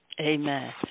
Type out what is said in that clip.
Amen